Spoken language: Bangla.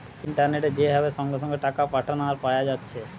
ইন্টারনেটে যে ভাবে সঙ্গে সঙ্গে টাকা পাঠানা আর পায়া যাচ্ছে